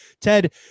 Ted